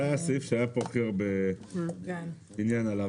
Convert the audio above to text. זה היה הסעיף שהיה בו הכי הרבה עניין עליו.